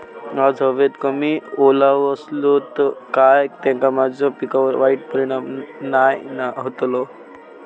आज हवेत कमी ओलावो असतलो काय त्याना माझ्या पिकावर वाईट परिणाम नाय ना व्हतलो?